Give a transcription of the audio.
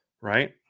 right